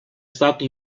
stato